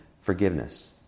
forgiveness